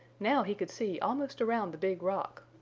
now he could see almost around the big rock.